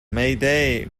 mayday